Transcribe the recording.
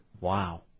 Wow